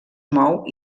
mou